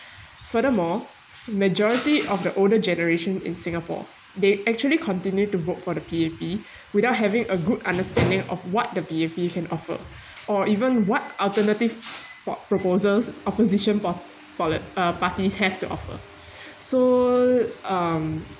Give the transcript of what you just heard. furthermore majority of the older generation in singapore they actually continue to vote for the P_A_P without having a good understanding of what the P_A_P can offer or even what alternative pro~ proposals opposition for for the uh parties have to offer so um